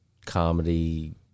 comedy